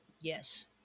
Yes